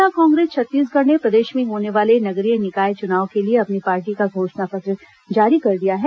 जनता कांग्रेस छत्तीसगढ़ ने प्रदेश में होने वाले नगरीय निकाय चुनाव के लिए अपनी पार्टी का घोषणा पत्र जारी कर दिया है